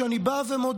שאני בא ומודה,